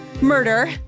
murder